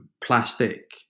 plastic